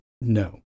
no